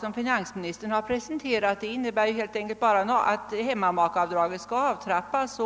som finansministern presenterat. Det innebär helt enkelt bara att hemmamakeavdraget skall avtrappas.